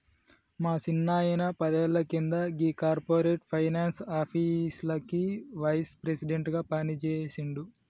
మా సిన్నాయిన పదేళ్ల కింద గీ కార్పొరేట్ ఫైనాన్స్ ఆఫీస్లకి వైస్ ప్రెసిడెంట్ గా పనిజేసిండు